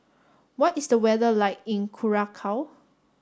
what is the weather like in Curacao